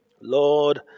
Lord